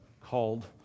called